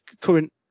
current